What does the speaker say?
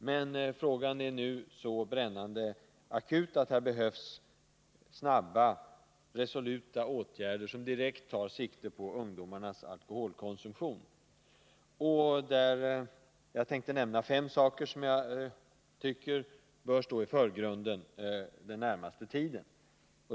Men frågan är nu så brännande akut att det behövs snabba och resoluta åtgärder som direkt tar sikte på ungdomarnas alkoholkonsumtion. Jag tänkte nämna fem saker som jag tycker bör stå i förgrunden den närmaste tiden.